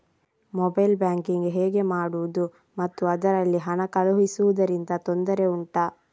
mobile banking ಹೇಗೆ ಮಾಡುವುದು ಮತ್ತು ಅದರಲ್ಲಿ ಹಣ ಕಳುಹಿಸೂದರಿಂದ ತೊಂದರೆ ಉಂಟಾ